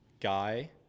guy